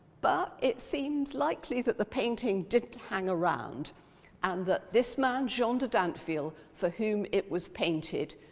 but it seems likely that the painting didn't hang around and that this man, jean de dinteville, for whom it was painted,